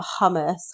Hummus